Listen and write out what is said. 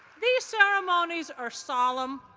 these ceremonies are solemn,